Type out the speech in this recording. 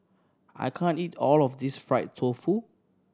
I can't eat all of this fried tofu